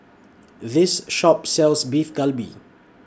This Shop sells Beef Galbi